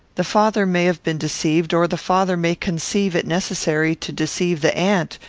the father may have been deceived, or the father may conceive it necessary to deceive the aunt,